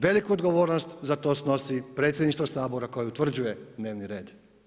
Veliku odgovornost za to snosi predsjedništvo Sabora koje utvrđuje dnevni red.